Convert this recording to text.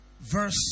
Verse